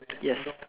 yes